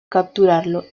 capturarlo